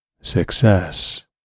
success